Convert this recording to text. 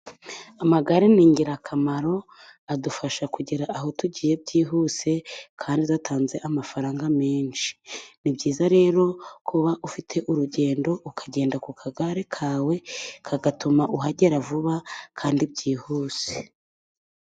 Amagare ni ingirakamaro adufasha kugera aho tugiye byihuse kandi tudatanze amafaranga menshi. Ni byiza rero kuba ufite urugendo ukagenda ku kagare kawe kagatuma uhagera vuba kandi byihuse.